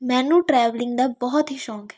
ਮੈਨੂੰ ਟਰੈਵਲਿੰਗ ਦਾ ਬਹੁਤ ਹੀ ਸ਼ੌਂਕ ਹੈ